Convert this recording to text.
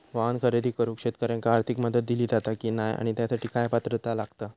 वाहन खरेदी करूक शेतकऱ्यांका आर्थिक मदत दिली जाता की नाय आणि त्यासाठी काय पात्रता लागता?